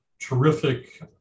terrific